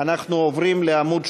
נשיא המדינה ומוסדותיו,